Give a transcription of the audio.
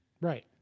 Right